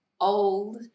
old